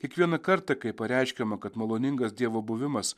kiekvieną kartą kai pareiškiama kad maloningas dievo buvimas